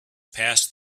passed